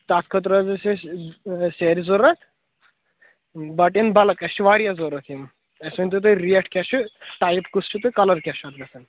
تتھ خٲطرٕ حظ ٲس اسہِ سیرِ ضروٗرت بٹ اِن بلٕک اسہِ چھِ واریاہ ضروٗرت یِم اسہِ ؤنۍتَو تُہۍ ریٹ کیٛاہ چھُ ٹایپ کُس چھُ تہٕ کلر کیٛاہ چھُ اتھ گژھان